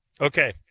okay